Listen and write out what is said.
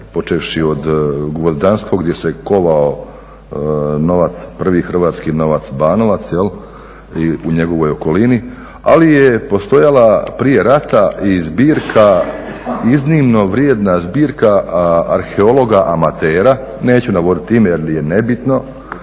počevši od … gdje se kovao novac, prvi hrvatski novac Banovac i u njegovoj okolini, ali je postojala prije rata i zbirka, iznimno vrijedna zbirka arheologa amatera, neću navoditi ime jer je nebitno,